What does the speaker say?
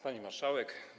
Pani Marszałek!